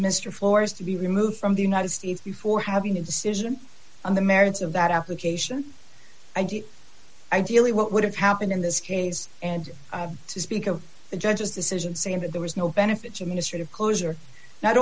floors to be removed from the united states before having a decision on the merits of that application ideally what would have happened in this case and to speak of the judge's decision saying that there was no benefit to ministry of closure not